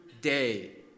day